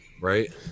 right